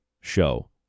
show